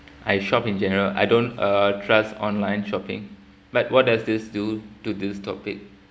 I shop in general I don't uh trust online shopping but what does this do to this topic